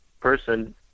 person